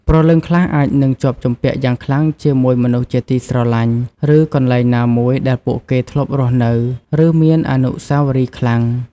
ព្រលឹងខ្លះអាចនឹងជាប់ជំពាក់យ៉ាងខ្លាំងជាមួយមនុស្សជាទីស្រឡាញ់ ឬកន្លែងណាមួយដែលពួកគេធ្លាប់រស់នៅ ឬមានអនុស្សាវរីយ៍ខ្លាំង។